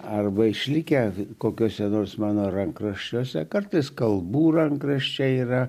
arba išlikę kokiose nors mano rankraščiuose kartais kalbų rankraščiai yra